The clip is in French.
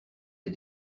les